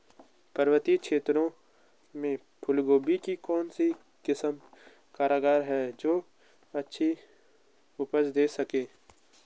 पर्वतीय क्षेत्रों में फूल गोभी की कौन सी किस्म कारगर है जो अच्छी उपज दें सके?